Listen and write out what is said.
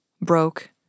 broke